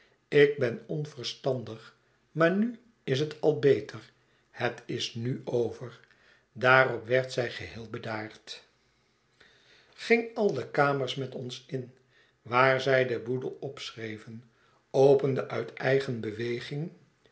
ik ben onverstandig maar nu is het albeter het is nu over daarop werd zij geheel bedaard ging al de kamers met ons in waar wij den boedei opschreven opende uit eigen beweging